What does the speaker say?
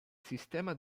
sistema